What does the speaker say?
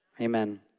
Amen